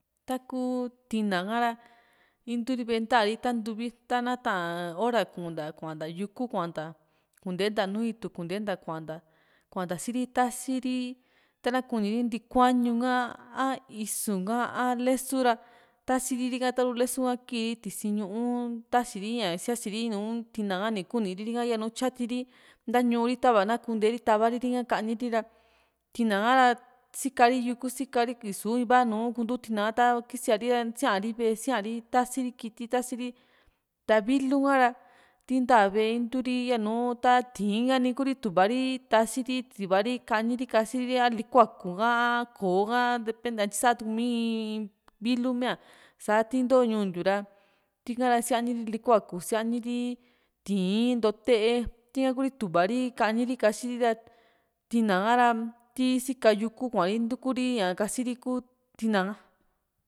takuu tina ha´ra intuu ri ve´e ntaari tatuvi ri ta na ta´an hora kuu nta kaunta yuku kuanta kuntenta nùù itu kuntenta kuanta kuanta si´ri taasi ri tana kuuni ri ntikuañu ha a isu ha a lesu ra tasiriri ka ta´ru lesu ha kii tisi´n ñuu ntasiri ña siasiri nùù tina ka ni kuu ni´riri yanu tyati ri ntañuu ri tava na kuunte ri ta´va ri rika kaniri ra tina ka ra sikari yuku sikari i´su iva nu kuntu tina kisia ri ra sia´ri ve´e sia´ri tasi ri kiti tasi ri ta vilu ka ra tii nta´a ve´e inturi yanu ta ti´in ka nu Kuri tuva ri tasi ri tuva ri kani ri kasiri a likuaku ha a koo ha a depende intyi sa´a tuu mii iin vilu mia sati ntoo ñuu ntiu ra tika ra sia´ni ri likuaku sia´ni ri ti´in nto´tee tika ku´ri tu´va ri kani ri kasi ri ra tina ka ra tii sika yuku kuaa ntuuku ri ña kasii ri ku tina a